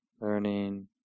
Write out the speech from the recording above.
learning